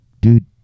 Dude